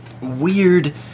weird